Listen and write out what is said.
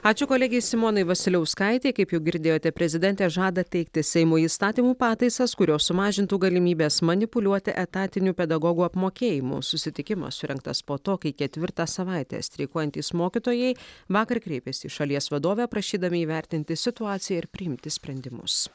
ačiū kolegei simonai vasiliauskaitei kaip jau girdėjote prezidentė žada teikti seimui įstatymų pataisas kurios sumažintų galimybes manipuliuoti etatiniu pedagogų apmokėjimu susitikimas surengtas po to kai ketvirtą savaitę streikuojantys mokytojai vakar kreipėsi į šalies vadovę prašydami įvertinti situaciją ir priimti sprendimus